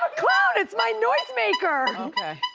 a clown, it's my noise maker. okay.